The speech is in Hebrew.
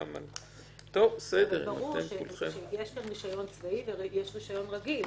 ברור שיש רישיון צבאי ויש רישיון רגיל.